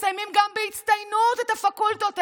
שמסיימים גם בהצטיינות את הפקולטות האלה,